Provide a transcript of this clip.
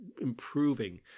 improving